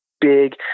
big